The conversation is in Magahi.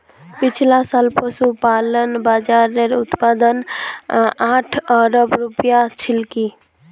पिछला साल पशुपालन बाज़ारेर उत्पाद आठ अरब रूपया छिलकी